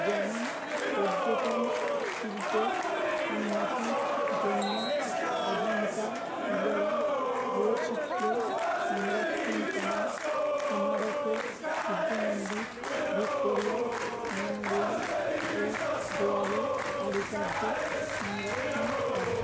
যেমন পর্যটন শিল্পে উন্নতির জন্য অজন্তা ইলোরা গুহচিত্র সংরক্ষণ করা কোনারকে সূর্য মন্দির ভিক্টোরিয়া মেমোরিয়াল এর দেওয়ালে কারুকার্য সংরক্ষণ করা